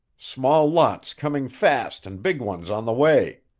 small lots coming fast and big ones on the way.